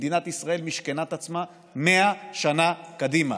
מדינת ישראל משכנה את עצמה 100 שנה קדימה.